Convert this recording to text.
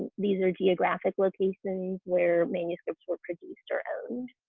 these are geographic locations where manuscripts were produced or owned.